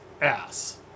ass